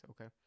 okay